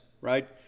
right